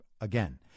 again